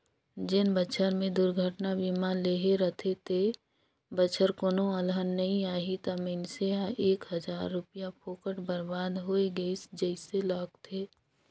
जेन बच्छर मे दुरघटना बीमा लेहे रथे ते बच्छर कोनो अलहन नइ आही त मइनसे ल एक हजार रूपिया फोकट बरबाद होय गइस जइसे लागथें